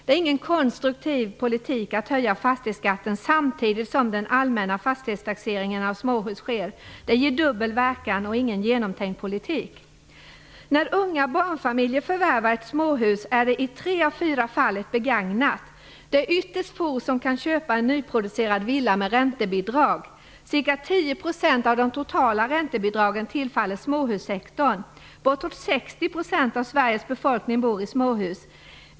Det är ingen konstruktiv politik att höja fastighetsskatten samtidigt som den allmänna fastighetstaxeringen av småhus sker. Det ger dubbel verkan, och är ingen genomtänkt politik. När unga barnfamiljer förvärvar ett småhus är det i tre av fyra fall ett begagnat hus. Det är ytterst få som kan köpa en nyproducerad villa med räntebidrag. Ca 10 % av de totala räntebidragen tillfaller småhussektorn. Bortåt 60 % av Sveriges befolkning bor i småhus.